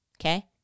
Okay